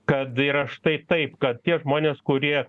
kad yra štai taip kad tie žmonės kurie